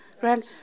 Grand